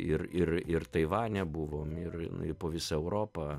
ir ir ir taivane nebuvom ir po visą europą